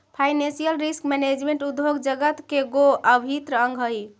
financial risk management उद्योग जगत के गो अभिन्न अंग हई